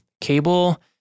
cable